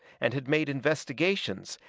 and had made investigations,